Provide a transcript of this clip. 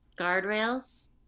guardrails